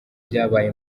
byabaye